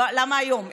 למה היום?